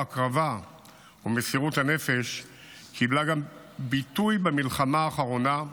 ההקרבה ומסירות הנפש קיבלו גם ביטוי במלחמה האחרונה,